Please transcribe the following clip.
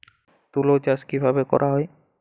তুলো চাষ কিভাবে করা হয়?